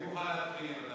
אני מוכן להתחיל,